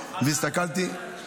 אכלת?